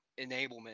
enablement